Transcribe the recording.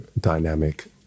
dynamic